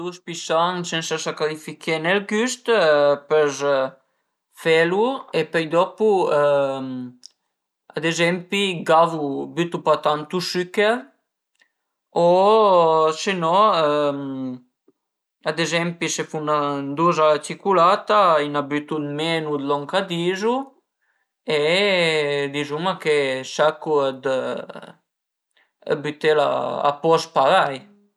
Ën dus pi san sensa sacrifichene ël güst pös felu e pöi dopu ad ezempi gavu, bütu pa tantu süchèr o se no ad ezempi se fun ën dus a la ciculada a i na bütu dë menu dë lon ch'a dizu e dizuma che sercu dë bütela a post parei